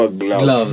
gloves